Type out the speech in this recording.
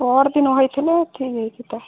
ପହରଦିନ ହେଇଥିଲେ ଠିକ୍ ହେଇ ଥିତା